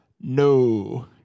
no